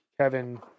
Kevin